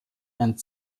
and